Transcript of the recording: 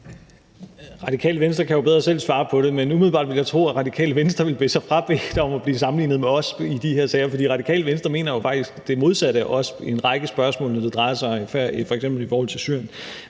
Radikale Venstre kan jo bedre selv svare på det, men umiddelbart vil jeg tro, at Radikale Venstre vil have sig frabedt at blive sammenlignet med os i de her sager, for Radikale Venstre mener jo faktisk det modsatte af os i en række spørgsmål, f.eks. i forhold til Syrien.